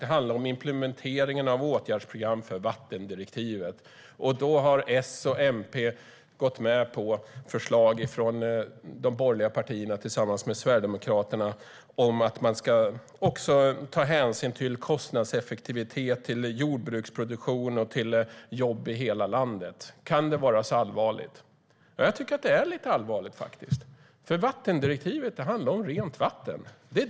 Det handlar om implementeringen av åtgärdsprogram för vattendirektivet, och S och MP har gått med på förslag från de borgerliga partierna tillsammans med Sverigedemokraterna om att man ska ta hänsyn också till kostnadseffektivitet, till jordbruksproduktion och till jobb i hela landet. Kan det vara så allvarligt? Jag tycker att det är lite allvarligt, för vattendirektivet handlar om rent vatten.